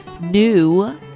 new